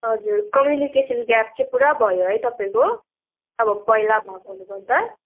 हजुर communication gap चाहिँ पुरा भयो है तपाईँको अब पहिला भएकोले गर्दा